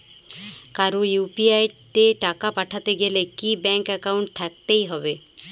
কারো ইউ.পি.আই তে টাকা পাঠাতে গেলে কি ব্যাংক একাউন্ট থাকতেই হবে?